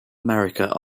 america